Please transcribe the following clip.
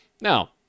Now